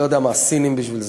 לא יודע מה, סינים בשביל זה.